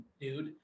dude